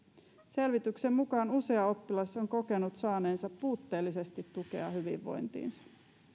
selvityksen mukaan usea oppilas on kokenut saaneensa puutteellisesti tukea hyvinvointiinsa